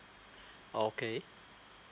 okay